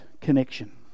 connection